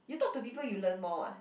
you talk to people you learn more [what]